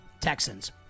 Texans